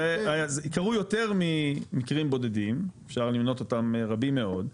אז קרו יותר ממקרים בודדים אפשר למנות אותם רבים מאוד,